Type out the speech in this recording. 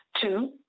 Two